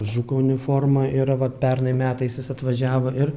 žuko uniforma yra vat pernai metais atvažiavo ir